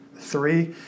Three